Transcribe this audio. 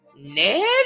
Ned